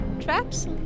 traps